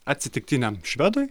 atsitiktiniam švedui